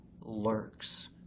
lurks